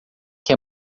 que